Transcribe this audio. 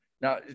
Now